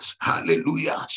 Hallelujah